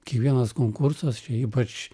kiekvienas konkursas čia ypač